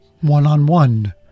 one-on-one